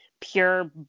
pure